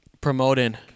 promoting